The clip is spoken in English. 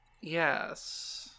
yes